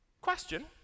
Question